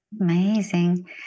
Amazing